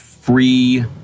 free